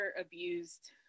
abused